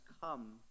come